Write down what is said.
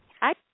Hi